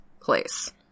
place